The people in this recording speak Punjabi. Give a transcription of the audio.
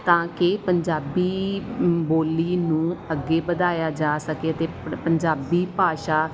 ਤਾਂ ਕਿ ਪੰਜਾਬੀ ਬੋਲੀ ਨੂੰ ਅੱਗੇ ਵਧਾਇਆ ਜਾ ਸਕੇ ਅਤੇ ਪੜ ਪੰਜਾਬੀ ਭਾਸ਼ਾ